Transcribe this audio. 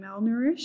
malnourished